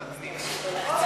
ועדת הפנים.